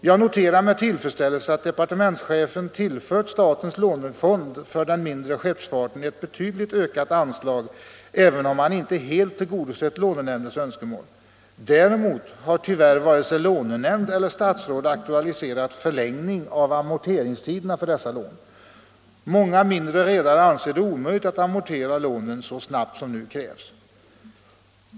Jag noterar med tillfredsställelse att departementschefen tillfört statens lånefond för den mindre skeppsfarten ett betydligt ökat anslag även om han inte helt tillgodosett lånenämndens önskemål. Däremot har tyvärr varken lånenämnd eller statsråd aktualiserat en förlängning av amorteringstiderna för dessa lån. Många mindre redare anser det omöjligt att amortera dessa lån så snabbt som nu krävs.